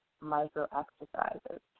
micro-exercises